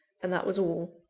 and that was all.